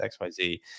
XYZ